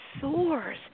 soars